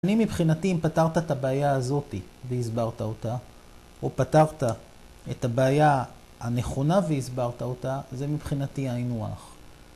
אני, מבחינתי, אם פתרת את הבעיה הזאתי והסברת אותה, או פתרת את הבעיה הנכונה והסברת אותה, זה מבחינתי היינו הך.